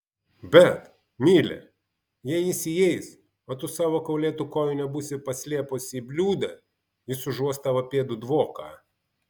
bet mile jei jis įeis o tu savo kaulėtų kojų nebūsi paslėpus į bliūdą jis užuos tavo pėdų dvoką